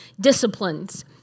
disciplines